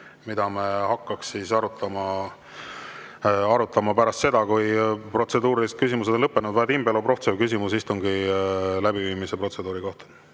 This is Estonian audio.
mida me hakkame arutama pärast seda, kui protseduurilised küsimused on lõppenud. Vadim Belobrovtsev, küsimus istungi läbiviimise protseduuri kohta.